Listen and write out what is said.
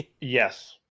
Yes